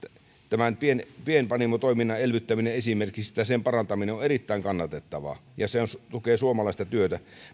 esimerkiksi pienpanimotoiminnan elvyttäminen tai sen parantaminen on erittäin kannatettavaa ja se tukee suomalaista työtä